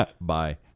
bye